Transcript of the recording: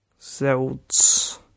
Zelds